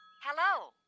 Hello